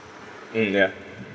mm ya